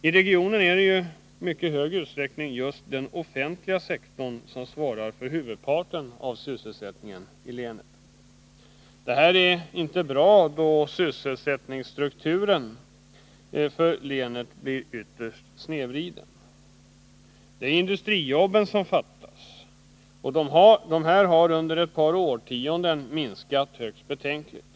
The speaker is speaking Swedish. I regionen är det ju i mycket stor utsträckning just den offentliga sektorn som svarar för huvudparten av sysselsättningen. Det är inte bra, då sysselsättningsstrukturen i länet blir ytterst snedvriden. Det är industrijobben som fattas. De har under ett par årtionden minskat högst betänkligt.